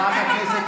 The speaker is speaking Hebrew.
(קוראת בשמות חברי הכנסת)